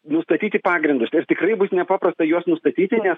nustatyti pagrindus ir tikrai bus nepaprasta juos nustatyti nes